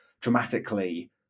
dramatically